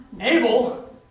Abel